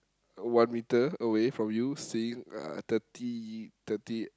one metre away from you seeing uh thirty thirty